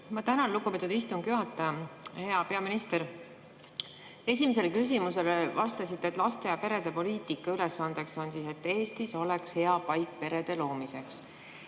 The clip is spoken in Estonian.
Ma tänan, lugupeetud istungi juhataja! Hea peaminister! Esimesele küsimusele vastasite, et laste- ja perepoliitika ülesanne on, et Eesti oleks hea paik perede loomiseks.